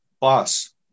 boss